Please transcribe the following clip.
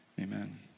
Amen